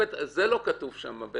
זה לא כתוב שם,